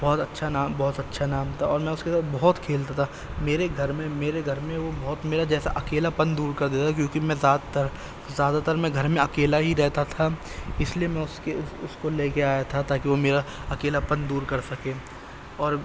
بہت اچھا نام بہت اچھا نام تھا اور میں اس کے ساتھ بہت کھیلتا تھا میرے گھر میں میرے گھر میں وہ بہت میرا جیسا اکیلاپن دور کر دیتا تھا کیونکہ میں زیادہ تر زیادہ تر میں گھر میں اکیلا ہی رہتا تھا اس لیے میں اس کے اس کو لے کے آیا تھا تاکہ وہ میرا اکیلاپن دور کر سکے اور